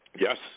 Yes